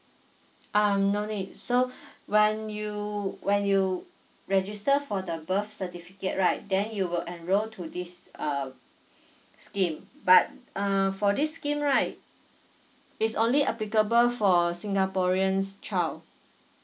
um no need so when you when you register for the birth certificate right then you will enrol to this uh scheme but uh for this scheme right is only applicable for singaporeans child